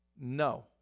no